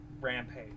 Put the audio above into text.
rampage